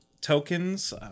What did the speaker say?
tokens